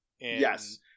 yes